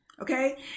Okay